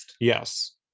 Yes